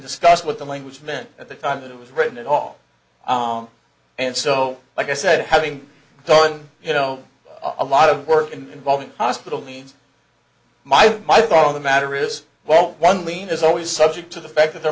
discuss what the language meant at the time that it was written and all and so like i said having done you know a lot of work and involving hospital means my my part of the matter is well one lean is always subject to the fact that there